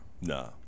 Nah